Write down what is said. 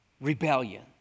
rebellion